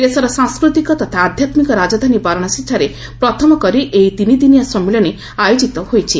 ଦେଶର ସାଂସ୍କୃତିକ ତଥା ଆଧ୍ୟାତ୍ମିକ ରାଜଧାନୀ ବାରାଣାସୀଠାରେ ପ୍ରଥମ କରି ଏହି ତିନି ଦିନିଆ ସମ୍ମିଳନୀ ଆୟୋକିତ ହୋଇଛି